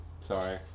sorry